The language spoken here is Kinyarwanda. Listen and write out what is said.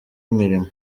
imirimo